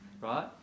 right